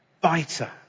Biter